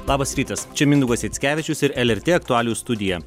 labas rytas čia mindaugas jackevičius ir lrt aktualijų studija